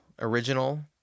Original